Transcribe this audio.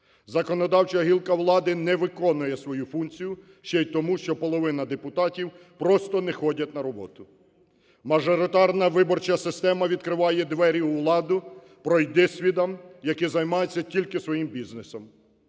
Законодавча гілка влади не виконує свою функцію ще й тому, що половина депутатів просто не ходять на роботу, мажоритарна виборча система відкриває двері у владу пройдисвітам, які займаються тільки своїм бізнесом.